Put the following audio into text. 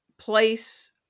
place